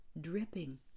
dripping